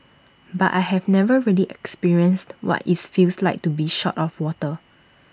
but I have never really experienced what IT feels like to be short of water